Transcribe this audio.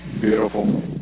Beautiful